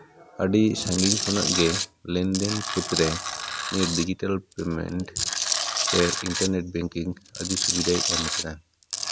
ᱟᱹᱰᱤ ᱥᱟᱺᱜᱤᱧ ᱠᱷᱚᱱᱟᱜ ᱜᱮ ᱞᱮᱱᱫᱮᱱ ᱠᱷᱮᱛᱨᱮ ᱱᱮᱹᱴ ᱰᱤᱡᱤᱴᱟᱞ ᱯᱮᱢᱮᱱᱴ ᱥᱮ ᱤᱱᱴᱟᱨᱱᱮᱹᱴ ᱵᱮᱝᱠᱤᱝ ᱟᱹᱰᱤ ᱥᱩᱵᱤᱫᱷᱟᱭ ᱮᱢ ᱠᱟᱫᱟ